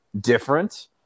different